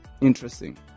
interesting